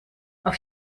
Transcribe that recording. auf